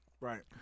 Right